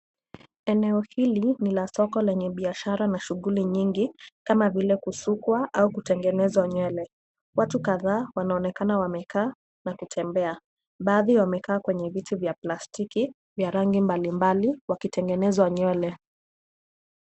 Eneo hili ni la soko lenye biashara na shughuli nyingi kama vile kusukwa au kutengeneza nywele. Watu kadhaa wanaonekana wamekaa na kutembea. Baadhi wamekaa kwenye viti vya plastiki vya rangi mbalimbali wakitengenezwa nywele.